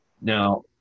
Now